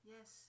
Yes